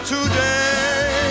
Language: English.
Today